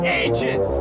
agent